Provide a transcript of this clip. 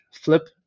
flip